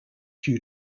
due